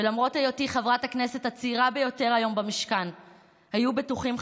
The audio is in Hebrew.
ולמרות היותי חברת הכנסת הצעירה ביותר במשכן היום היו בטוחים,